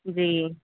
جی